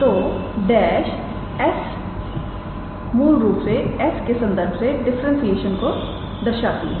तोडेश s मूल रूप से s के संदर्भ से डिफरेंसेशन को दर्शाती है